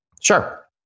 Sure